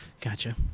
Gotcha